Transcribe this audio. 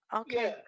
okay